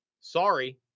Sorry